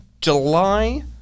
July